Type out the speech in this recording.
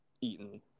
Eaten